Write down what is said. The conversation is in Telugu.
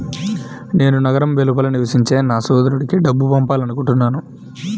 నేను నగరం వెలుపల నివసించే నా సోదరుడికి డబ్బు పంపాలనుకుంటున్నాను